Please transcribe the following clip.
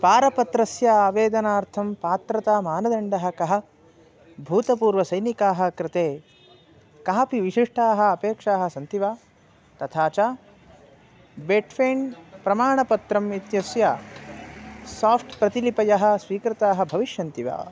पारपत्रस्य आवेदनार्थं पात्रता मानदण्डः कः भूतपूर्वसैनिकानां कृते काः अपि विशिष्टाः अपेक्षाः सन्ति वा तथा च बेट्फेन् प्रमाणपत्रम् इत्यस्य साफ्ट् प्रतिलिपयः स्वीकृताः भविष्यन्ति वा